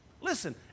Listen